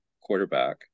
quarterback